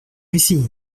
ici